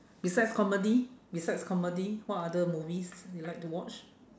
besides comedy besides comedy what other movies you like to watch